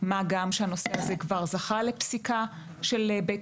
מה גם שהנושא הזה כבר זכה לפסיקה של בית